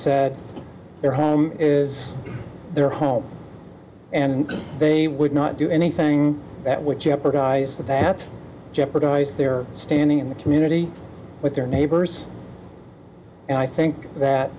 said their home is their home and they would not do anything that would jeopardize that that jeopardize their standing in the community with their neighbors and i think that